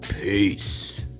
Peace